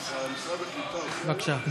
בבקשה.